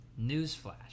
newsflash